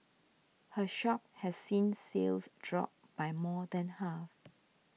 her shop has seen sales drop by more than half